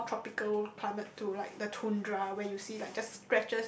a more tropical climate to like the tundra where you see like just